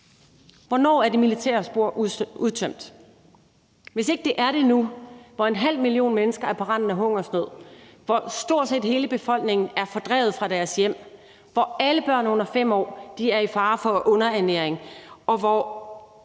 Hvornår er det militære spor udtømt? Hvis ikke det er det nu, hvor en halv million mennesker er på randen af hungersnød, hvor stort set hele befolkningen er fordrevet fra deres hjem, hvor alle børn under 5 år er i fare for underernæring,